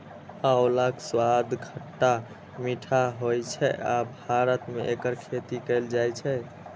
आंवलाक स्वाद खट्टा मीठा होइ छै आ भारत मे एकर खेती कैल जाइ छै